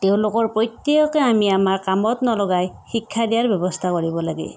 তেওঁলোকৰ প্ৰত্যেককে আমি আমাৰ কামত নলগায় শিক্ষা দিয়াৰ ব্যৱস্থা কৰিব লাগে